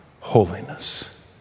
holiness